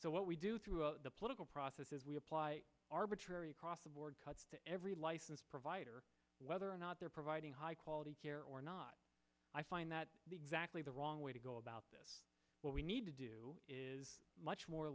of what we do through the political process as we apply arbitrary across the board cuts to every license provider whether or not they're providing high quality care or not i find that exactly the wrong way to go about this what we need to do is much more